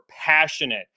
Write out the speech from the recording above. passionate